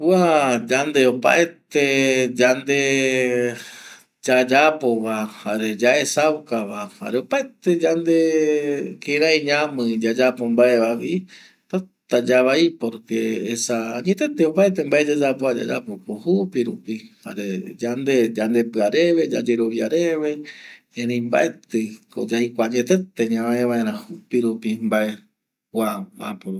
Kua yande opaete yande yayapova, jare yaesaukava, jare opaete mbae yayapova täta yavai esa añete opa mabe yayapova yayapo jupire yande yande pɨa reve, yande yarovia reve erëi mbaetɨko yaikua añetete ñamae vaera jupi rupi mbae kua äporupi